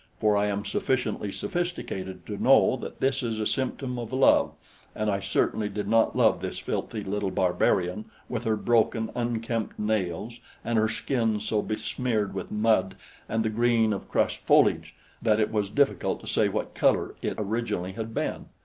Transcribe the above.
for i am sufficiently sophisticated to know that this is a symptom of love and i certainly did not love this filthy little barbarian with her broken, unkempt nails and her skin so besmeared with mud and the green of crushed foliage that it was difficult to say what color it originally had been.